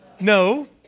No